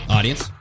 Audience